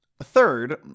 Third